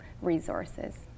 resources